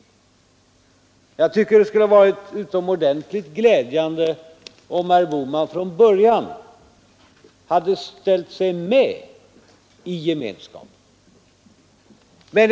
Jag tycker det skulle varit utomordentligt glädjande om herr Bohman från början hade ställt sig med i gemenskapen.